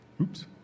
Oops